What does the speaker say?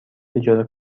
اجاره